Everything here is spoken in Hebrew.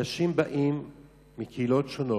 אנשים באים מקהילות שונות,